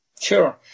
Sure